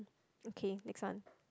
okay next one